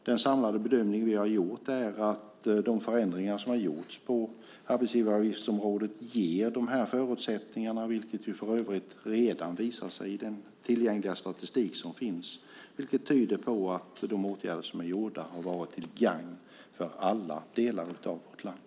Den samlade bedömning vi har gjort är att de förändringar som har gjorts på arbetsgivaravgiftsområdet ger de här förutsättningarna, vilket för övrigt redan visar sig i den tillgängliga statistiken. Det tyder på att de åtgärder som vidtagits har varit till gagn för alla delar av vårt land.